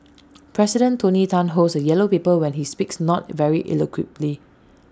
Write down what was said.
president tony Tan holds A yellow paper when he speaks not very eloquently